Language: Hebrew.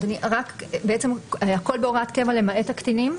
אדוני, בעצם הכול בהוראת קבע, למעט הקטינים?